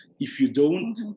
if you don't